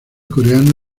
coreano